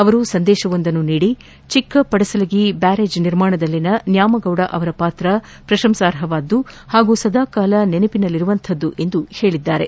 ಅವರು ಸಂದೇಶವೊಂದನ್ನು ನೀಡಿ ಚಿಕ್ಕಪಡಸಲಗಿ ಬ್ಯಾರೇಜ್ ನಿರ್ಮಾಣದಲ್ಲಿನ ನ್ಯಾಮಗೌಡ ಅವರ ಪಾತ್ರ ಪ್ರಶಂಸಾರ್ಹವಾದ್ದು ಹಾಗೂ ಸದಾಕಾಲ ನೆನಪಿನಲ್ಲಿರುವಂತದ್ದು ಎಂದು ಹೇಳಿದ್ದಾರೆ